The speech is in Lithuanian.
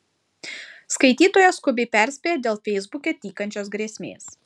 skaitytoja skubiai perspėja dėl feisbuke tykančios grėsmės